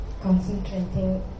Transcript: Concentrating